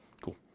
Cool